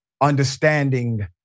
understanding